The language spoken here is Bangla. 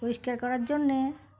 পরিষ্কার করার জন্যে